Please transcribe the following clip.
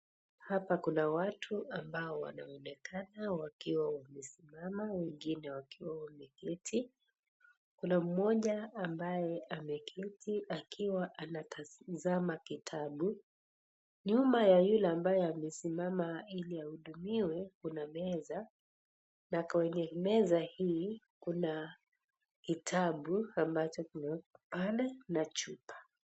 Hapa kuna watu ambao wanaonekana wakiwa wamesimama wengine wakiwa wameketi ,kuna mmoja ambaye ameketi akiwa ametazama kitabu, nyuma ya yule ambaye amesimama hili ahudumiwe kuna meza na kwenye meza hii kuna kitabu ambacho kimewekwa pale na chupa.